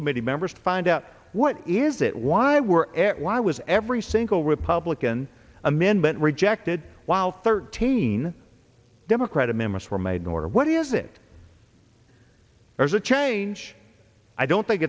committee members to find out what is it why we're at why was every single republican amendment rejected while thirteen democratic members were made nor what is it there's a change i don't think